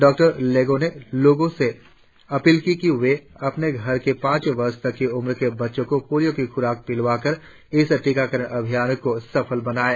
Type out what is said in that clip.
डॉ लेगो ने लोगों से अपील की कि वे अपने घर के पांच वर्ष तक की उम्र के बच्चों को पोलियों की ख्राक पिलवाकर इस टीकाकरण अभियान को सफल बनाएं